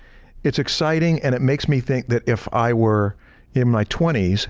it's exciting and it makes me think that if i were in my twenty s,